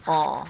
orh